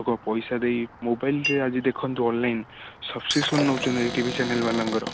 ଲୋକ ପଇସା ଦେଇ ମୋବାଇଲ୍ରେ ଆଜି ଦେଖନ୍ତୁ ଅନଲାଇନ୍ ସବ୍ସ୍କ୍ରିପ୍ସନ୍ ନେଉଛନ୍ତି ଏଇ ଟିଭି ଚ୍ୟାନେଲ୍ ବାଲାଙ୍କର